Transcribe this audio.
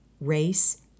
race